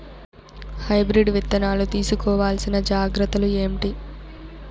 Hybrid విత్తనాలు తీసుకోవాల్సిన జాగ్రత్తలు ఏంటి?